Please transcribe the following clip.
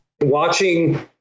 watching